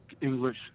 English